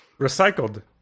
recycled